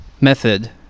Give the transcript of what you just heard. method